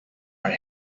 are